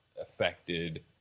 affected